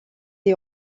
des